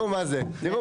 די,